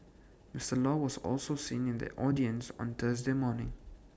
Mister law was also seen in the audience on Thursday morning